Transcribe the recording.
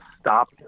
stop